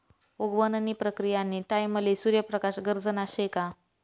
उगवण नी प्रक्रीयानी टाईमले सूर्य प्रकाश गरजना शे का